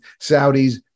Saudis